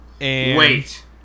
Wait